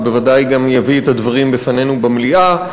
והוא בוודאי גם יביא את הדברים בפנינו במליאה.